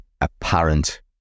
apparent